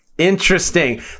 Interesting